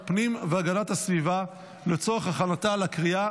בעד, 12, אין מתנגדים, אין נמנעים.